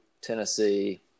Tennessee